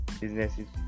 businesses